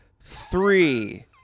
Three